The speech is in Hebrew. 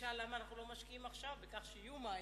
תשאל למה אנחנו לא משקיעים עכשיו בכך שיהיו מים,